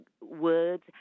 words